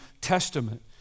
Testament